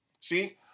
See